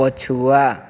ପଛୁଆ